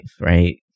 Right